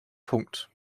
punkt